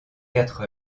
quatre